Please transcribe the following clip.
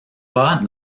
pas